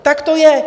Tak to je.